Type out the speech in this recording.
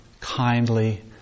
kindly